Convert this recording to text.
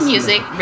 Music